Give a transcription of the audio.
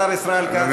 השר ישראל כץ, בבקשה.